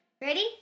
Ready